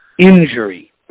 injury